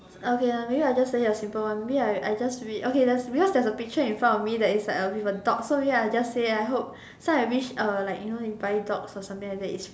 okay lah maybe I just say a simple one maybe I I just read okay there's because there's a picture in front of me that is like with a dog so ya I just say I hope so I wish uh like you know you buy dogs or something like that it's